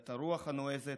את הרוח הנועזת,